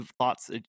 thoughts